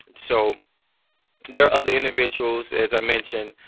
so there are other individuals, as i mentioned,